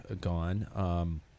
gone